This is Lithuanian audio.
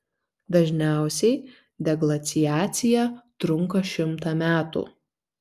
dažniausiai deglaciacija trunka šimtą metų